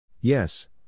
Yes